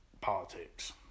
politics